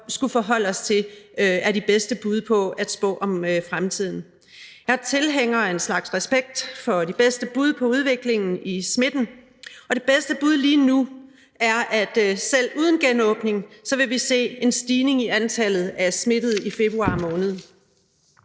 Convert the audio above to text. skullet forholde os til er de bedste bud på at spå om fremtiden. Jeg er tilhænger af en slags respekt for de bedste bud på udviklingen i smitten, og det bedste bud lige nu er, at selv uden genåbning vil vi se en stigning i antallet af smittede i februar måned.